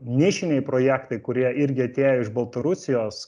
nišiniai projektai kurie irgi atėjo iš baltarusijos